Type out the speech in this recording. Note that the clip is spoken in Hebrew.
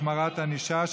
החמרת ענישה),